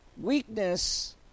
Weakness